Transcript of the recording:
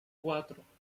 cuatro